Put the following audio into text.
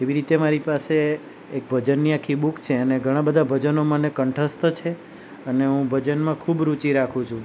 એવી રીતે મારી પાસે એક ભજનની આખી બુક છે અને ઘણાબધા ભજનો મને કંઠસ્થ છે અને હું ભજનમાં ખૂબ રુચિ રાખું છું